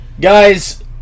Guys